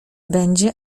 będzie